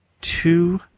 two